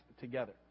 together